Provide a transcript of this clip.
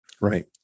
right